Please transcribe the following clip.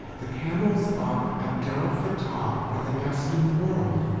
the camels of abdel fattah are the best in the world!